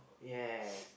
yes